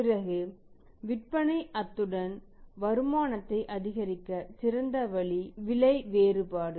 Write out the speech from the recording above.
பிறகு விற்பனை அத்துடன் வருமானத்தை அதிகரிக்க சிறந்த வழி விலை வேறுபாடு